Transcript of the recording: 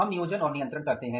हम नियोजन और नियंत्रण करते हैं